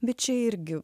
bet čia irgi